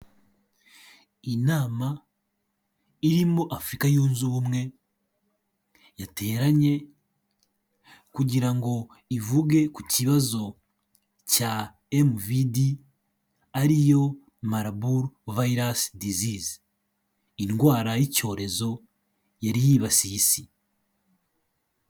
Inama irimo afurika yunze ubumwe yateranye kugira ngo ivuge ku kibazo cya MVD ariyo marburg virus desease indwara y'icyorezo yari yibasiye isi.